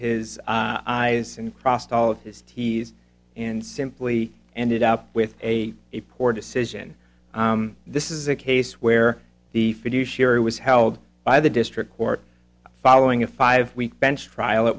his eyes and crossed all of his t's and simply ended up with a a poor decision this is a case where the fiduciary was held by the district court following a five week bench trial at